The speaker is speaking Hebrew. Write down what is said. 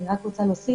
אני רק להוסיף